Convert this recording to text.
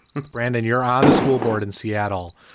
brandon, you're on the school board in seattle.